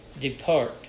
depart